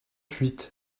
huit